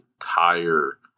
entire